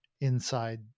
inside